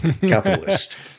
Capitalist